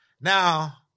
Now